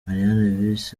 marines